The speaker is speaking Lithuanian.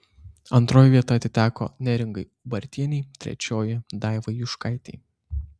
antroji vieta atiteko neringai ubartienei trečioji daivai juškaitei